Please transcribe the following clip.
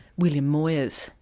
william moyers.